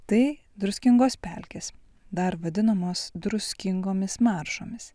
tai druskingos pelkės dar vadinamos druskingomis maržomis